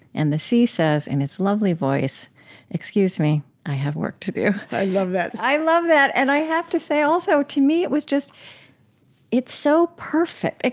and the sea says in its lovely voice excuse me, i have work to do. i love that i love that. and i have to say also, to me, it was just it's so perfect.